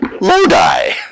Lodi